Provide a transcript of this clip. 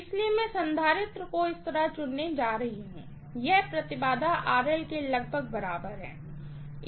इसलिए मैं कपैसिटर इस तरह चुनने जा रही हूँ कि यहइम्पीडेन्स के लगभग बराबर है